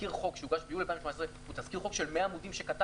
תזכיר החוק שהוגש ב-2018 הוא תזכיר חוק של 100 עמודים שכתבנו.